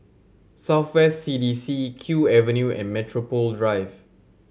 South West C D C Kew Avenue and Metropole Drive